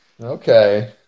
Okay